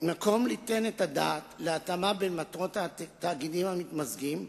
יש מקום ליתן את הדעת על ההתאמה בין מטרות התאגידים המתמזגים,